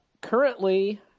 Currently